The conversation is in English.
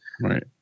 Right